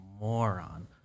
moron